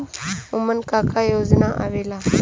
उमन का का योजना आवेला?